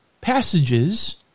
passages